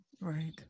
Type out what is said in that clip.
Right